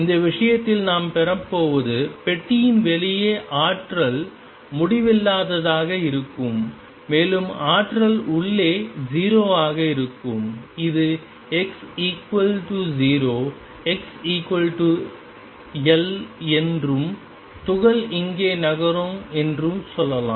இந்த விஷயத்தில் நாம் பெறப்போவது பெட்டியின் வெளியே ஆற்றல் முடிவில்லாததாக இருக்கும் மேலும் ஆற்றல் உள்ளே 0 ஆக இருக்கும் இது x 0 x L என்றும் துகள் இங்கே நகரும் என்றும் சொல்லலாம்